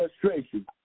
frustration